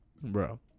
Bro